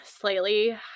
slightly